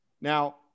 Now